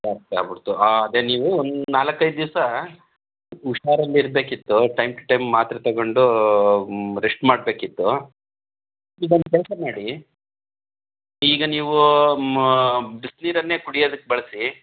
ಜಾಸ್ತಿ ಆಗಿಬಿಡ್ತು ಅದೇ ನೀವು ಒಂದು ನಾಲಕ್ಕೈದು ದಿಸ ಹುಷಾರಲ್ಲಿರ್ಬೇಕಿತ್ತು ಟೈಮ್ ಟು ಟೈಮ್ ಮಾತ್ರೆ ತಗೊಂಡು ರೆಸ್ಟ್ ಮಾಡಬೇಕಿತ್ತು ಈಗೊಂದು ಕೆಲಸ ಮಾಡಿ ಈಗ ನೀವು ಬಿಸಿನೀರನ್ನೇ ಕುಡಿಯದಕ್ಕೆ ಬಳಸಿ